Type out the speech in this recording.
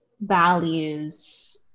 values